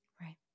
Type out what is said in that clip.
Right